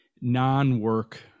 non-work